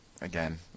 Again